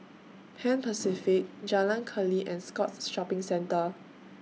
Pan Pacific Jalan Keli and Scotts Shopping Centre